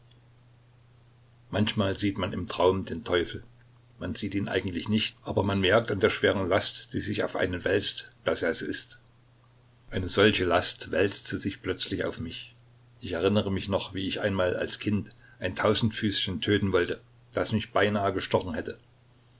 manchmal sieht man im traum den teufel man sieht ihn eigentlich nicht aber man merkt an der schweren last die sich auf einen wälzt daß er es ist eine solche last wälzte sich plötzlich auf mich ich erinnere mich noch wie ich einmal als kind ein tausendfüßchen töten wollte das mich beinahe gestochen hätte